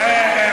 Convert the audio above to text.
איפה זה נופל?